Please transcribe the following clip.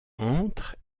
entre